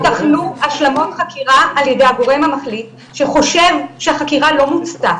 ייתכנו השלמות חקירה על ידי הגורם המחליט שחושב שהחקירה לא מוצתה.